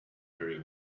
very